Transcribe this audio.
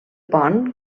pont